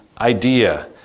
idea